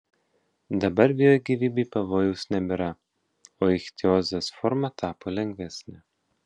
dabar vėjo gyvybei pavojaus nebėra o ichtiozės forma tapo lengvesnė